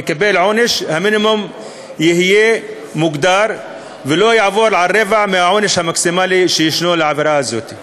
המינימום יהיה מוגדר ולא יפחת מרבע מהעונש המקסימלי שישנו לעבירה זו.